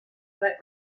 but